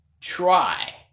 try